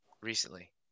recently